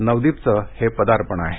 नवदीपचं हे पदार्पण आहे